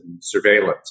surveillance